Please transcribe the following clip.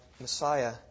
Messiah